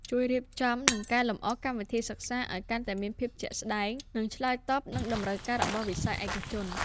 ជួយរៀបចំ និងកែលម្អកម្មវិធីសិក្សាឲ្យកាន់តែមានភាពជាក់ស្តែង និងឆ្លើយតបនឹងតម្រូវការរបស់វិស័យឯកជន។